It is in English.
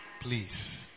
Please